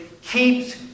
keeps